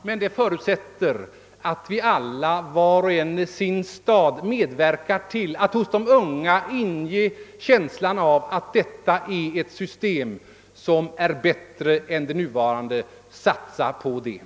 Men det förutsätter att vi alla, var och en i sin stad, medverkar till att inge de unga känslan av att detta är ett system som är bättre än det nuvarande: Satsa på det!